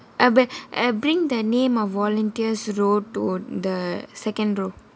ah no err bring the name of volunteers role to the second row